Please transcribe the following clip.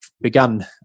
begun